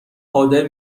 قادر